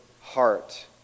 heart